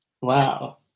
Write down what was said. Wow